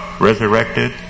resurrected